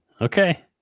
Okay